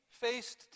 faced